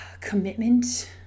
commitment